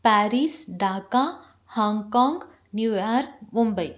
Paris Dhaka Hong Kong New York Mumbai